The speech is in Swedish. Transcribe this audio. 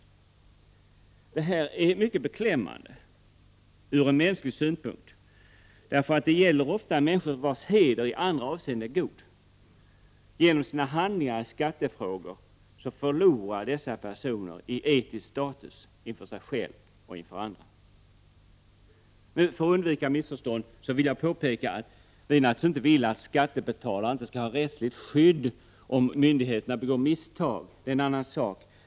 Detta är mycket beklämmande från mänsklig synpunkt, eftersom det ofta gäller människor vilkas heder i andra avseenden är god. Genom sina handlingar i skattefrågor förlorar dessa personer i etisk status inför sig själva och inför andra. För att undvika missförstånd vill jag påpeka att vi naturligtvis inte vill att skattebetalare inte skall ha rättsligt skydd om myndigheterna begår misstag. Det är en annan sak.